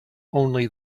only